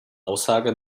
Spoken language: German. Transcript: aussage